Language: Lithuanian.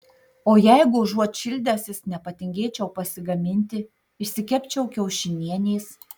o jeigu užuot šildęsis nepatingėčiau pasigaminti išsikepčiau kiaušinienės